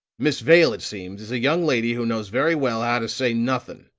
miss vale, it seems, is a young lady who knows very well how to say nothing.